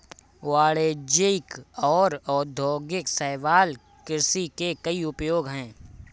वाणिज्यिक और औद्योगिक शैवाल कृषि के कई उपयोग हैं